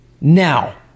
Now